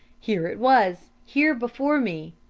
here it was! here before me!